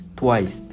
twice